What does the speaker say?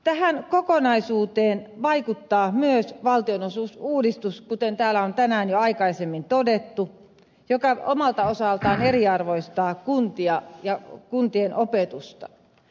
tähän kokonaisuuteen vaikuttaa myös valtionosuusuudistus kuten täällä on tänään jo aikaisemmin todettu joka omalta osaltaan eriarvoistaa kuntia ja kuntien opetusta